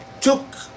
took